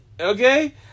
okay